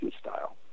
style